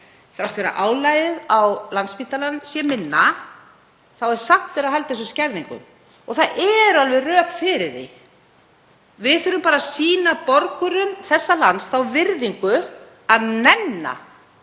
þrátt fyrir að álagið á Landspítalann sé minna, er samt verið að halda þessum skerðingum. Og það eru alveg rök fyrir því. Við þurfum bara að sýna borgurum þessa lands þá virðingu að nenna